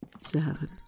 seven